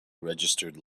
registered